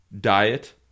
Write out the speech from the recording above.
diet